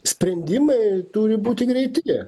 sprendimai turi būti greiti jie